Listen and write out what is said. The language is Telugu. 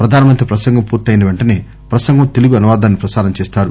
ప్రధాన మంత్రి ప్రసంగం పూర్తి అయిన వెంటనే ప్రసంగం తెలుగు అనువాదాన్ని ప్రసారం చేస్తారు